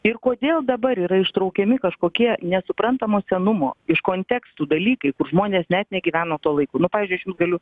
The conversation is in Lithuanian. ir kodėl dabar yra ištraukiami kažkokie nesuprantamo senumo iš kontekstų dalykai žmonės net negyveno tuo laiku nu pavyzdžiui aš jums galiu